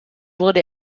wurde